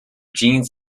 jeans